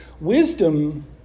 Wisdom